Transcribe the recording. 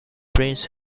prince